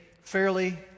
fairly